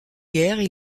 guerres